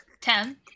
ten